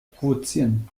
provozieren